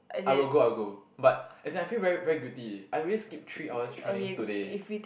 I will go I will go but as I feel very very guilty I already skip three hours training today